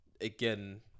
again